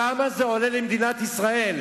כמה זה עולה למדינת ישראל?